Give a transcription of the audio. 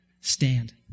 Stand